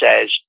says